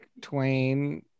Twain